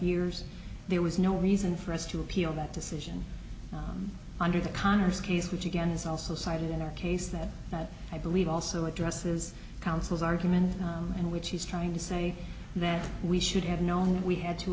years there was no reason for us to appeal that decision under the conners case which again is also cited in a case that i believe also addresses counsel's argument and which is trying to say that we should have known that we had to